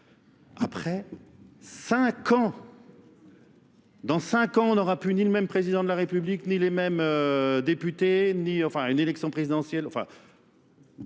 Après 5 ans, Dans 5 ans, on aura plus ni le même président de la République, ni les mêmes députés, ni une élection présidentielle.